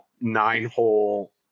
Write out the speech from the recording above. nine-hole